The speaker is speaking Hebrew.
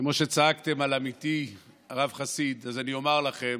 כמו שצעקתם על עמיתי הרב חסיד, אני אומר לכם: